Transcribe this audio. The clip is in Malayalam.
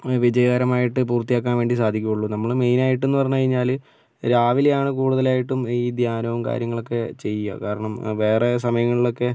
വിജയകരമായിട്ട് പൂർത്തിയാക്കാൻ വേണ്ടി സാധിക്കുകയുള്ളൂ നമ്മള് മെയിനായിട്ടെന്നു പറഞ്ഞു കഴിഞ്ഞാല് രാവിലെയാണ് കൂടുതലായിട്ടും ഈ ധ്യാനവും കാര്യങ്ങളൊക്കെ ചെയ്യുക കാരണം വേറെ സമയങ്ങളിലൊക്കെ